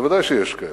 ודאי שיש כאלה,